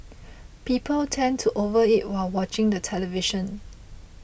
people tend to overeat while watching the television